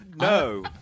No